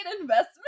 investment